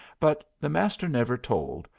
but the master never told,